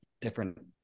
different